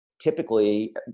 typically